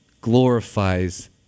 glorifies